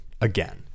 again